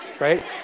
right